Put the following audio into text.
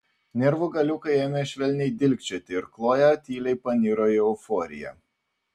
nervų galiukai ėmė švelniai dilgčioti ir kloja tyliai paniro į euforiją